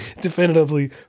definitively